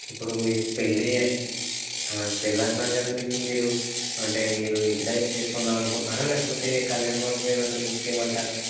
ఇప్పుడు మీరు పెళ్ళి పెళ్ళి అంటున్నారు కదండీ ఇప్పుడు మీరు అంటే మీరు ఇంటి దగ్గర చేసుకుందాం అనుకుంటున్నారా లేకపోతే కళ్యాణ మండపం ఏమైనా బుక్ చేయమంటారా